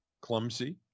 Clumsy